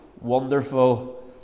Wonderful